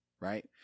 right